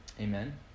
Amen